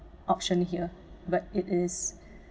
auction here but it is